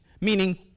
meaning